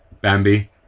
Bambi